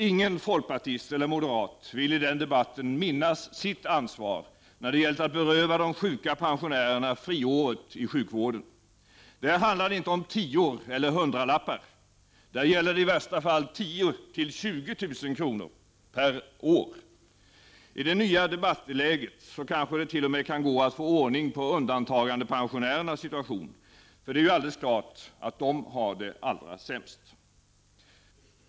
Ingen folkpartist eller moderat vill i den debatten minnas sitt ansvar när det gällt att beröva de sjuka pensionärerna friåret i sjukvården. Där handlar det inte om tior eller hundralappar. Där gäller det i värsta fall 10 000-20 000 kr. per år. I det nya debattläget kanske det t.o.m. kan gå att få ordning på undantagandepensionärernas situation. För det är ju alldeles klart att de har det allra sämst.